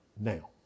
now